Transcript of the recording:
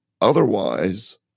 Otherwise